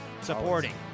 Supporting